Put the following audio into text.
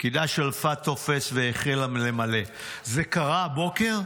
הפקידה שלפה טופס והחלה למלא: "זה קרה הבוקר?"